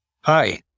Hi